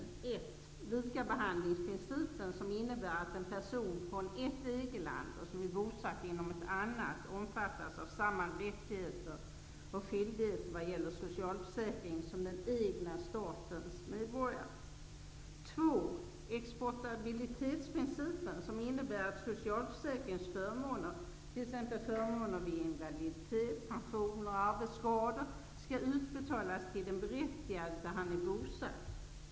För det första: Likabehandlingsprincipen, som innebär att en person som kommer från ett EG land och är bosatt i ett annat omfattas av samma rättigheter och skyldigheter vad gäller socialförsäkringen som den egna statens medborgare. För det andra: Exportabilitetsprincipen, som innebär att socialförsäkringsförmåner, t.ex. förmåner vid invaliditet, pensioner och arbetsskador skall utbetalas till den berättigade där han är bosatt.